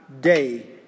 day